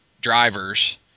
drivers